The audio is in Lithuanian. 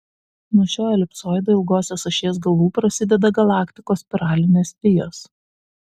nuo šio elipsoido ilgosios ašies galų prasideda galaktikos spiralinės vijos